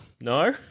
no